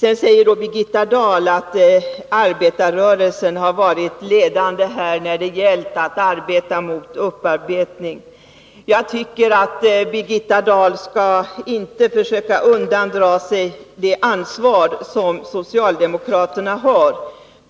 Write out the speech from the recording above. Vidare säger Birgitta Dahl att arbetarrörelsen har varit ledande när det gällt att arbeta mot upparbetning. Jag tycker att Birgitta Dahl inte skall försöka undandra sig det ansvar som socialdemokraterna har.